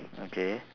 okay